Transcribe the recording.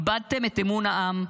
איבדתם את אמון העם,